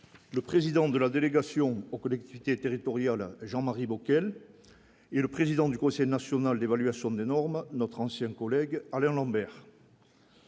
le président de la délégation aux collectivités territoriales, Jean-Marie Bockel, et le président du Conseil national d'évaluation des normes notre ancienne collègue Albert Lambert.